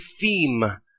theme